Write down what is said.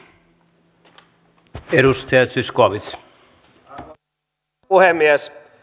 arvoisa herra puhemies